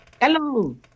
Hello